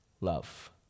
love